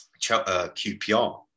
QPR